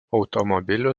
automobilių